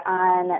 on